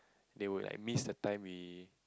they will like miss the time we